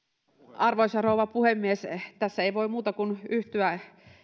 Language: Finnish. arvoisa rouva puhemies tässä ei voi muuta kuin yhtyä